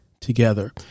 together